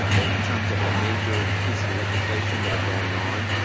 in terms of the major pieces of legislation that are going on.